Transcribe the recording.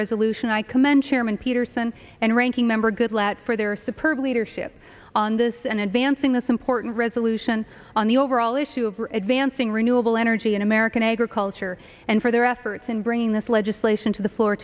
resolution i commend chairman peterson and ranking member goodlatte for their support leadership on this and advancing this important resolution on the overall issue of advancing renewable energy in american agriculture and for their efforts in bringing this legislation to the floor